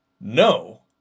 No